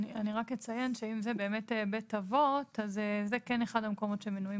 אני רק אציין שאם זה בית אבות זה כן אחד המקומות שנמצאים